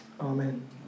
Amen